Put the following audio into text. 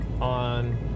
on